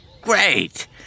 Great